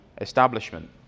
establishment